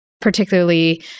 particularly